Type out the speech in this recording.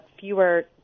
fewer